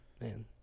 Man